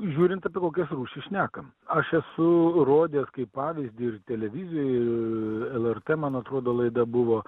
žiūrint apie kokias rūšis šnekam aš esu rodęs kaip pavyzdį ir televizijoj lrt man atrodo laida buvo